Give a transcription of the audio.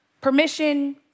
Permission